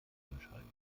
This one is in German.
entscheiden